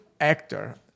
actor